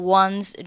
one's